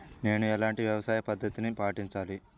నేను ఎలాంటి వ్యవసాయ పద్ధతిని పాటించాలి?